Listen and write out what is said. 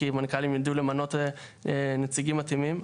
כי מנכ"לים ידעו למנות נציגים מתאימים.